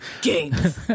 games